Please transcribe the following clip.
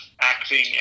acting